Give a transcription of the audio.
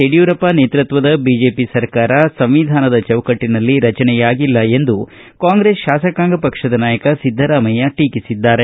ಯಡಿಯೂರಪ್ಪ ನೇತೃತ್ವದ ಬಿಜೆಪಿ ಸರ್ಕಾರ ಸಂವಿಧಾನ ಚೌಕಟಿನಲ್ಲಿ ರಚನೆಯಾಗಿಲ್ಲಎಂದು ಕಾಂಗ್ರೆಸ್ ಶಾಸಕಾಂಗ ಪಕ್ಷದ ನಾಯಕ ಸಿದ್ದರಾಮಯ್ಯ ಟೀಕಿಸಿದ್ದಾರೆ